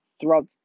Throughout